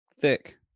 Thick